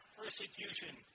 persecution